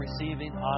receiving